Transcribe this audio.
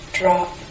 drop